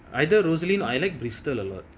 either rosaline I like bristol a lot